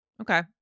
Okay